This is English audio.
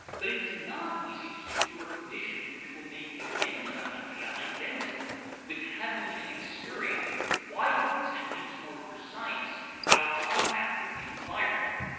but it is not easy to secure conditions which will make the getting of an idea identical with having an experience which widens and makes more precise our contact with the environment.